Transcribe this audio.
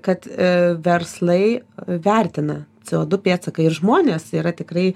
kad verslai vertina co du pėdsaką ir žmonės yra tikrai